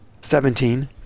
seventeen